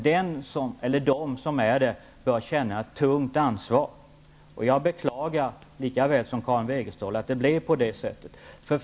Den eller de som är det bör känna ett tungt ansvar. Jag beklagar, lika väl som Karin Wegestål, att det blev så.